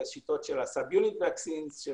והשיטות של חיסוני הסאב-יוניט שהוזכרו,